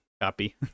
copy